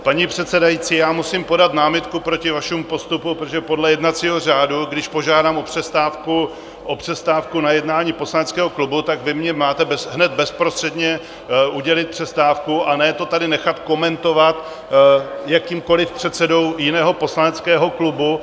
Paní předsedající, musím podat námitku proti vašemu postupu, protože podle jednacího řádu, když požádám o přestávku na jednání poslaneckého klubu, tak vy mně máte hned bezprostředně udělit přestávku, a ne to tady nechat komentovat jakýmkoli předsedou jiného poslaneckého klubu.